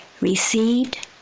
received